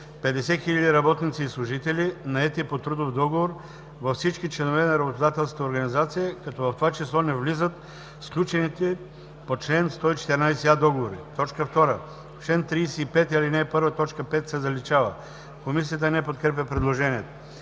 50 000 работници и служители, наети по трудов договор, във всички членовe на работодателската организация, като в това число не влизат сключените по чл. 114а договори;”. 2. В чл. 35, ал. 1, т. 5 се заличава.” Комисията не подкрепя предложението.